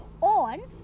On